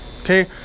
Okay